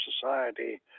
society